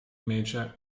major